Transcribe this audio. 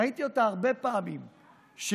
ראיתי אותה הרבה פעמים כשביקרתי.